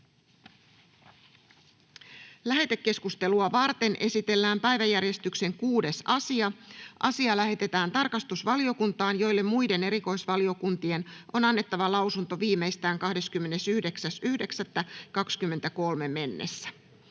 Lähetekeskustelua varten esitellään päiväjärjestyksen 6. asia. Asia lähetetään tarkastusvaliokuntaan, jolle muiden erikoisvaliokuntien on annettava lausunto viimeistään 29.9.2023.